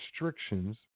restrictions